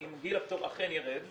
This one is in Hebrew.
הפטור אכן יירד,